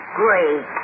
great